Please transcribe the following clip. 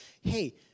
hey